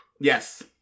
Yes